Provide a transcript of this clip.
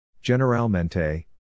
Generalmente